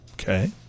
Okay